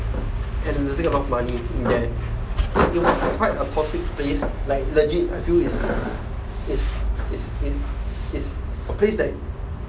and losing a lot of money in there it was quite a toxic place like legit I feel it's it's it's it's it's a place that